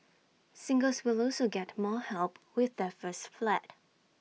singles will also get more help with their first flat